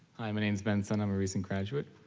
hi, my name's benson. i'm a recent graduate.